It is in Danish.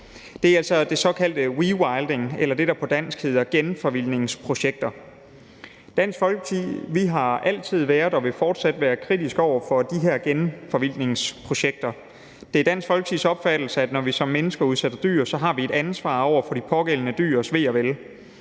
Det er altså det såkaldte rewilding – eller det, der på dansk hedder genforvildningsprojekter. Dansk Folkeparti har altid været og vil fortsat være kritisk over for de her genforvildningsprojekter. Det er Dansk Folkepartis opfattelse, at når vi som mennesker udsætter dyr, har vi et ansvar over for de pågældende dyrs ve og vel.